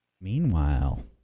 Meanwhile